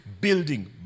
building